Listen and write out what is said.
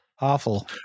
Awful